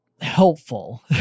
helpful